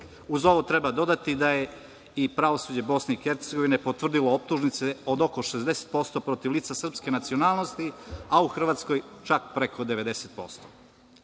Uz ovo treba dodati da je pravosuđe BiH potvrdilo optužnice od oko 60% protiv lica srpske nacionalnosti, a u Hrvatskoj čak preko 90%.